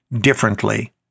differently